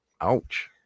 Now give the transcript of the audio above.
Ouch